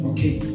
Okay